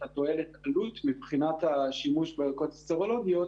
תועלת-עלות מבחינת השימוש בערכות הסרולוגיות,